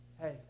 Hey